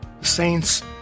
saints